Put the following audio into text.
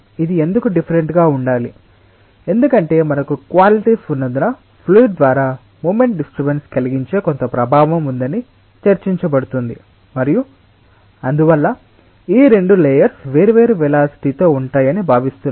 ఇది ఎందుకు డిఫ్ఫరెంట్ గా ఉండాలి ఎందుకంటే మనకు క్వాలిటిస్ ఉన్నందున ఫ్లూయిడ్ ద్వారా ముమెంట్ డిస్టర్బన్స్ కలిగించే కొంత ప్రభావం ఉందని చర్చించబడుతుంది మరియు అందువల్ల ఈ రెండు లేయర్స్ వేర్వేరు వేలాసిటీస్ తో ఉంటాయని భావిస్తున్నారు